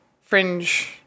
fringe